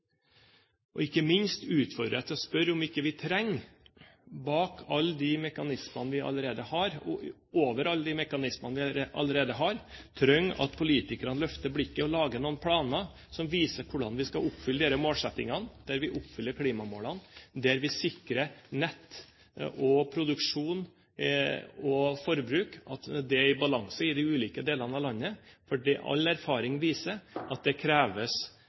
marked. Ikke minst utfordrer jeg til å spørre om vi ikke over alle de mekanismene vi allerede har, trenger at politikerne løfter blikket og lager noen planer som viser hvordan vi skal oppfylle disse målsettingene, der vi oppfyller klimamålene, og der vi sikrer at nett, produksjon og forbruk er i balanse i de ulike delene av landet. All erfaring viser at det kreves